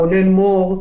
רונן מור,